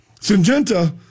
Syngenta